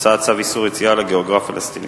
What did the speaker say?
הוצאת צו איסור יציאה לגיאוגרף פלסטיני.